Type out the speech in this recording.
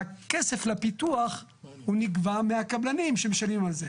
הכסף לפיתוח הוא נגבה מהקבלנים שמשלמים על זה.